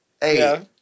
Hey